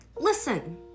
listen